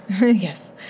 Yes